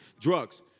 Drugs